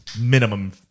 minimum